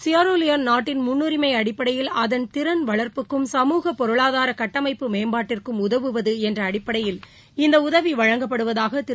Sierra Leone நாட்டின் முன்னுரிமை அடிப்படையில் அதன் திறன் வளா்ப்புக்கும் சமூக பொருளாதார கட்டமைப்பு மேம்பாட்டிற்கும் உதவுவது என்ற அடிப்படையில் இந்த உதவி வழங்கப்படுவதாக திரு